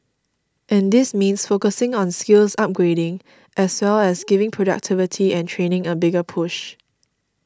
and this means focusing on skills upgrading as well as giving productivity and training a bigger push